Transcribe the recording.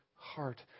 heart